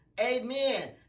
Amen